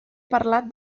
parlat